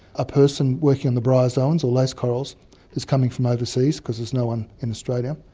a person working on the bryozoans or lace corals is coming from overseas, because there's no-one in australia,